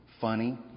funny